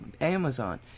Amazon